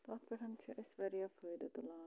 تتھ پٮ۪ٹھ چھُ اَسہِ واریاہ فٲیدٕ تُلان